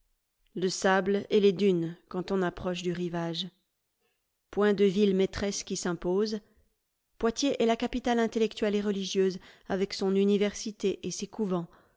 le sable et les dunes quand on approche du rivage point de ville maîtresse qui s'impose poitiers est la capitale intellectuelle et religieuse avec son université et ses couvents